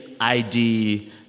ID